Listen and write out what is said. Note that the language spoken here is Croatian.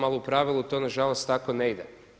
Ali u pravilu to na žalost tako ne ide.